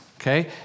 Okay